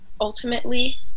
ultimately